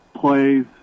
plays